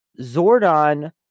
Zordon